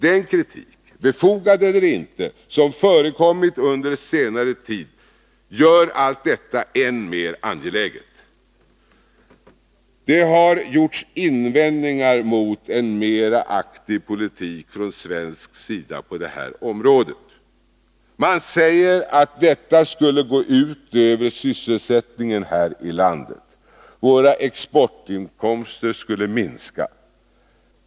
Den kritik — befogad eller inte — som förekommit under senare tid gör allt detta än mer angeläget. Det har gjorts invändningar mot en mer aktiv politik från svensk sida på detta område. Man säger att detta skulle gå ut över sysselsättningen här i landet; våra vapeninkomster skulle minska.